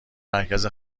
مرکز